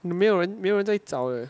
没有人没有人在找 leh